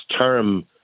term